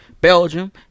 Belgium